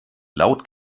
laut